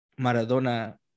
Maradona